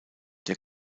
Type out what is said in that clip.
der